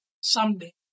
someday